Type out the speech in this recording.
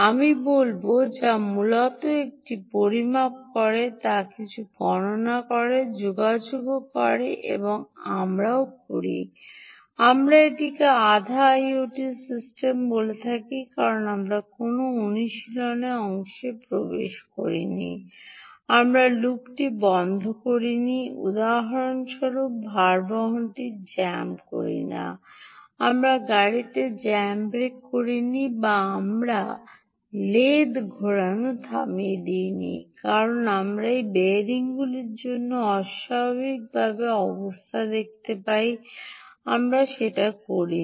আমি বলব যা মূলত একটি পরিমাপ করে তা কিছু গণনা করে যোগাযোগও করে এবং আমরাও করি আমরা এটিকে আধা আইওটি সিস্টেম বলে থাকি কারণ আমরা কোনও অনুশীলনের অংশে প্রবেশ করি নি আমরা লুপটি বন্ধ করি নি উদাহরণস্বরূপ ভারবহনটি জ্যাম করি না আমরা গাড়িতে জ্যাম ব্রেক করি নি বা আমরা leathe ঘোরানো থামিয়ে নেই কারণ আমরা এই বিয়ারিংগুলির জন্য অস্বাভাবিক অবস্থা দেখতে পাই আমরা এটা করিনি